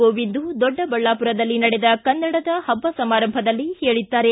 ಗೋವಿಂದು ದೊಡ್ಡಬಳ್ಳಾಪುರದಲ್ಲಿ ನಡೆದ ಕನ್ನಡದ ಹಬ್ಬ ಸಮಾರಂಭದಲ್ಲಿ ಹೇಳಿದ್ದಾರೆ